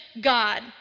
God